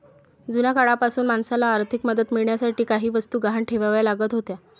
जुन्या काळापासूनच माणसाला आर्थिक मदत मिळवण्यासाठी काही वस्तू गहाण ठेवाव्या लागत होत्या